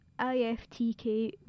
IFTK